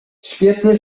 świetnie